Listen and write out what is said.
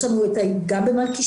יש לנו את זה גם במלכישוע.